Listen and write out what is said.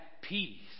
peace